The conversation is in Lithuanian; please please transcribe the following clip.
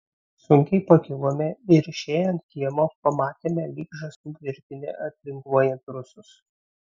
sunkiai pakilome ir išėję ant kiemo pamatėme lyg žąsų virtinę atlinguojant rusus